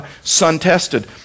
sun-tested